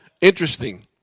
Interesting